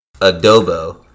Adobo